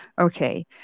Okay